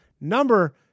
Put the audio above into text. number